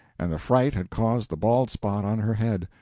and the fright had caused the bald spot on her head.